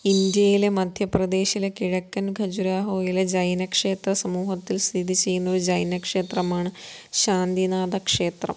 ഇന്ത്യയിലെ മദ്ധ്യപ്രദേശിലെ കിഴക്കൻ ഖജുരാഹോയിലെ ജൈന ക്ഷേത്ര സമൂഹത്തിൽ സ്ഥിതിചെയ്യുന്ന ഒരു ജൈന ക്ഷേത്രമാണ് ശാന്തിനാഥ ക്ഷേത്രം